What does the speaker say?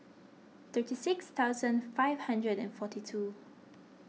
thirty six thousand five hundred and forty two